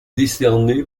décerné